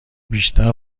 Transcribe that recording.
بیشتر